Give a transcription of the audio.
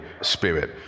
Spirit